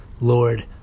Lord